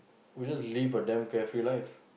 who just live a damn carefree life